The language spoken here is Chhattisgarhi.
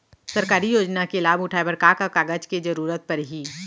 सरकारी योजना के लाभ उठाए बर का का कागज के जरूरत परही